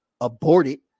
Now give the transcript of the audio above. aborted